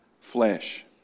flesh